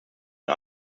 und